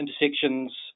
intersections